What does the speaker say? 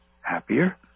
happier